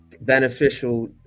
beneficial